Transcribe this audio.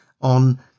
on